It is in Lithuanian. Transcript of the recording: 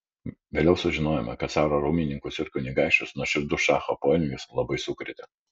vėliau sužinojome kad caro rūmininkus ir kunigaikščius nuoširdus šacho poelgis labai sukrėtė